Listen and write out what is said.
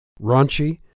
Raunchy